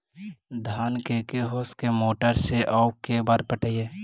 धान के के होंस के मोटर से औ के बार पटइबै?